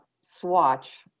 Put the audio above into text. swatch